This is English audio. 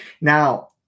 Now